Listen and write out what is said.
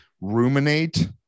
ruminate